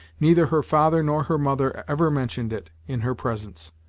neither her father nor her mother ever mentioned it in her presence,